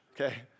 okay